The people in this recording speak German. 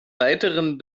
weiteren